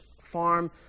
farm